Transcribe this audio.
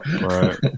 Right